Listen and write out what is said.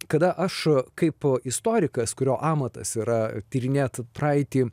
kada aš kaip istorikas kurio amatas yra tyrinėt praeitį